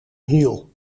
hiel